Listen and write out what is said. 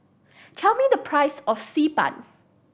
tell me the price of Xi Ban